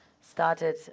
Started